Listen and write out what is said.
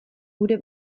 gure